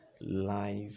life